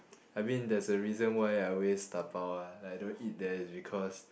I mean there is a reason why I always dabao lah like I don't eat there it's because